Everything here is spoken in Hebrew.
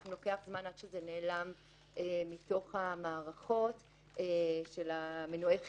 לפעמים לוקח זמן עד שזה נעלם מתוך המערכות של מנועי החיפוש.